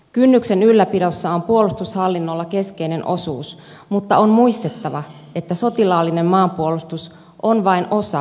kynnyksen ylläpidossa on puolustushallinnolla keskeinen osuus mutta on muistettava että sotilaallinen maanpuolustus on vain osa kokonaisturvallisuutta